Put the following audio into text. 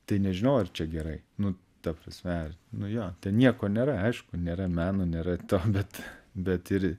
tai nežinau ar čia gerai nu ta prasme ar nu jo ten nieko nėra aišku nėra meno nėra to bet bet ir